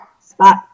spot